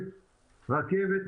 רכבת,